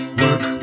work